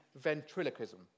ventriloquism